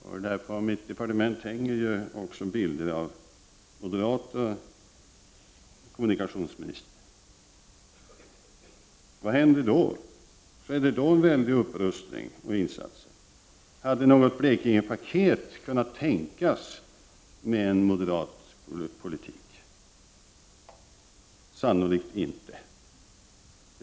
På kommunikationsdepartementet hänger också bilder av moderata kommunikationsministrar. Vad hände under de åren? Skedde då en väldig upprustning och gjordes nya insatser? Hade man kunnat tänka sig ett Blekingepaket med en moderat politik? Sannolikt inte.